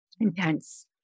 intense